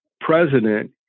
president